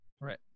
Right